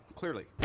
clearly